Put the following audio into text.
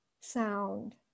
sound